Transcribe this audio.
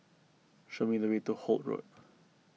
show me the way to Holt Road